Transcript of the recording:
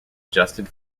adjusted